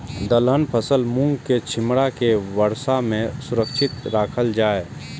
दलहन फसल मूँग के छिमरा के वर्षा में सुरक्षित राखल जाय?